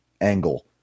angle